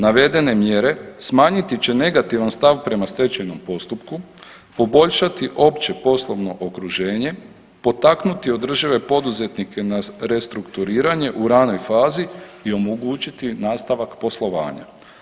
Navedene mjere smanjiti će negativan stav prema stečajnom postupku, poboljšati opće poslovno okruženje, potaknuti održive poduzetnike na restrukturiranje u ranoj fazi i omogućiti nastavak poslovanja.